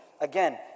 Again